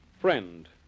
Friend